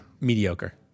Mediocre